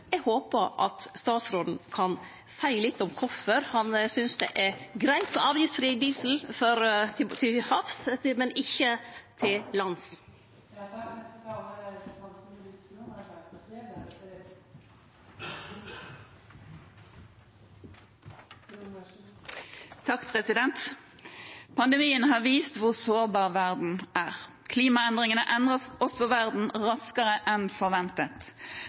Eg håpar at statsråden kan seie litt om kvifor han synest det er greitt med avgiftsfri diesel til havs, men ikkje til lands. Pandemien har vist hvor sårbar verden er. Klimaendringene endrer også verden raskere enn